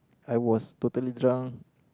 I was totally drunk